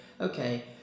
Okay